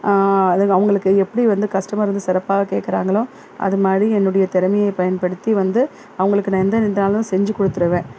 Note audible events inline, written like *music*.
அது அவங்களுக்கு எப்டி வந்து கஸ்டமர் வந்து சிறப்பாக கேட்கறாங்களோ அதுமாதிரி என்னுடைய திறமையை பயன்படுத்தி வந்து அவங்களுக்கு நான் எந்த *unintelligible* செஞ்சு கொடுத்துருவேன்